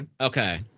Okay